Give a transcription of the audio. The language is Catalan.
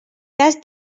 cas